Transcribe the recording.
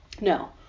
No